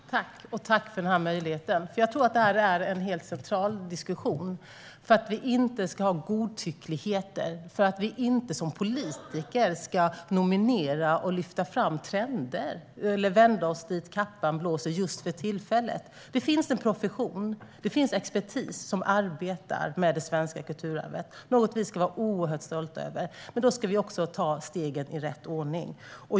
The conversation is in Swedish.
Herr talman! Jag tackar för att jag får möjlighet att tala om detta, eftersom jag tror att detta är en helt central diskussion för att vi inte ska ha godtycklighet i fråga om detta och för att vi som politiker inte ska nominera och lyfta fram trender och vända kappan efter vinden i fråga om vad som gäller för tillfället. Det finns en profession och expertis som arbetar med det svenska kulturarvet. Det är något som vi ska vara oerhört stolta över. Men då ska vi också ta stegen i rätt ordning.